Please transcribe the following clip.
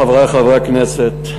חברי חברי הכנסת,